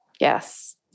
Yes